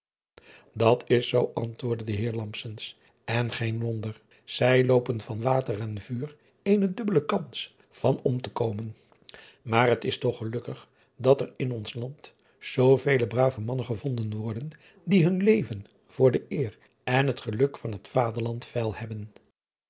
at is zoo antwoordde de heer en geen wonder zij loopen van water en vuur eene dubbelde kans van om te komen a r het is toch gelukkig dat er in ons land zoovele brave mannen gevonden worden die hun leven voor de eer en het geluk van het aderland veil hebben